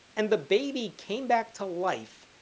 and the baby came back to life,